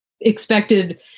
expected